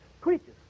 creatures